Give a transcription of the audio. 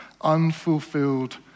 unfulfilled